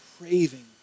craving